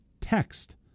Text